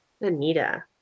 Anita